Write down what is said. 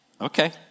Okay